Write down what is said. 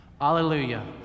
Hallelujah